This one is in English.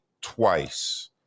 twice